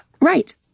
right